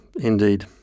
Indeed